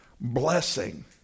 blessing